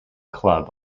club